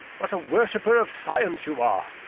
what a wor shipper of science you are!